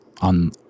on